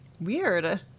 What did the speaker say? Weird